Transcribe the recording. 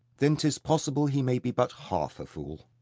then tis possible he may be but half a fool.